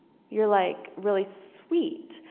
you're like really sweet.